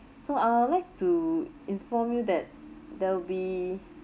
so I would like to inform you that there'll be